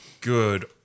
Good